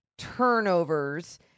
turnovers